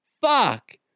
Fuck